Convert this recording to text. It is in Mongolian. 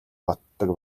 боддог